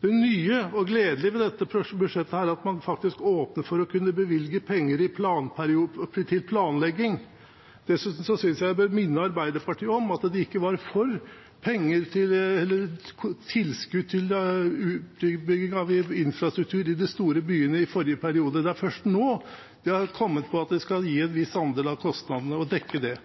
Det nye og gledelige ved dette budsjettet er at man faktisk åpner for å kunne bevilge penger til planlegging. Jeg synes dessuten jeg bør minne Arbeiderpartiet om at de ikke var for tilskudd til utbygging av infrastruktur i de store byene i forrige periode. Det er først nå de har kommet på at de skal dekke en viss del av kostnadene. Det